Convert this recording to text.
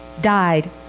died